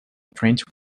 trench